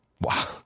Wow